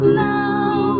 now